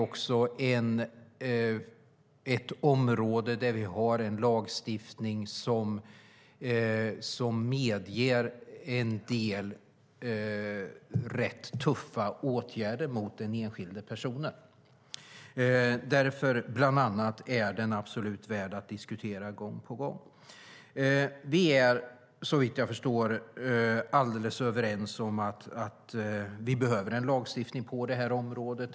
Det är ett område där vi har en lagstiftning som medger en del rätt tuffa åtgärder mot den enskilde personen. Därför är frågan värd att diskuteras gång på gång. Såvitt jag förstår är vi alldeles överens om att vi behöver en lagstiftning på området.